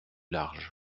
large